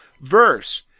verse